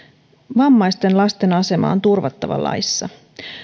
vammaisten lasten asema on turvattava laissa